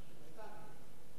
תשתיות, לא?